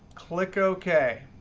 click ok.